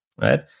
right